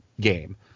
game